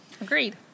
Agreed